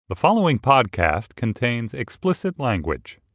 the following podcast contains explicit language